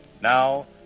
Now